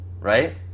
right